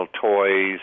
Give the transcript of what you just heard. toys